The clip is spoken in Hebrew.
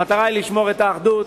המטרה היא לשמור את האחדות